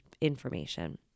information